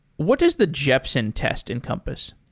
what does the jepsen test encompass?